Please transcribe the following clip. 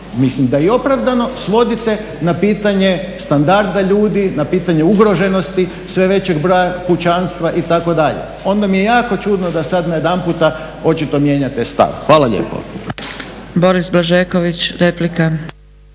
mislim da i opravdano, svodite na pitanje standarda ljudi, na pitanje ugroženosti, sve većeg broja kućanstva itd. Onda mi je jako čudno da sad najedanput očito mijenjate stav. Hvala lijepo.